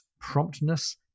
promptness